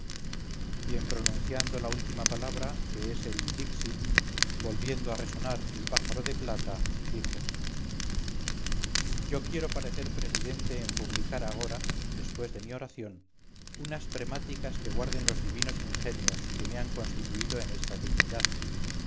y en pronunciando la última palabra que es el dixi volviendo a resonar el pájaro de plata dijo yo quiero parecer presidente en publicar agora después de mi oración unas premáticas que guarden los divinos ingenios que me han constituido en esta dignidad